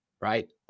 right